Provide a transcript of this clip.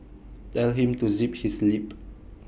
tell him to zip his lip